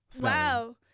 wow